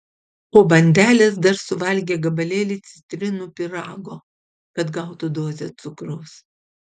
po bandelės dar suvalgė gabalėlį citrinų pyrago kad gautų dozę cukraus